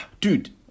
dude